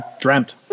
dreamt